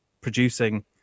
producing